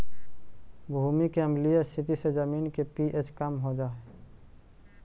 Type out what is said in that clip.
भूमि के अम्लीय स्थिति से जमीन के पी.एच कम हो जा हई